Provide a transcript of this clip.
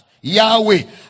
yahweh